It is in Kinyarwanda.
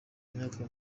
imyaka